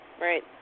Right